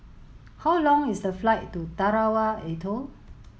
how long is the flight to Tarawa Atoll